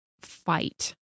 fight